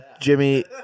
Jimmy